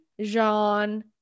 jean